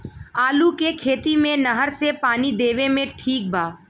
आलू के खेती मे नहर से पानी देवे मे ठीक बा?